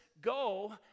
go